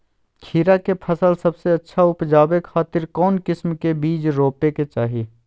खीरा के फसल सबसे अच्छा उबजावे खातिर कौन किस्म के बीज रोपे के चाही?